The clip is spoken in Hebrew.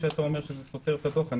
שאתה אומר שזה סותר את הדוח.